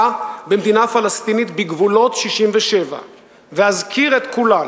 במדינה פלסטינית בגבולות 67'. ואזכיר את כולן: